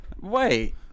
Wait